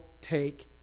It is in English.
take